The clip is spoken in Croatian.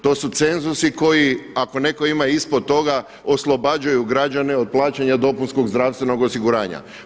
To su cenzusi koji ako netko ima ispod toga oslobađaju građane od plaćanja dopunskog zdravstvenog osiguranja.